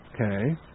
okay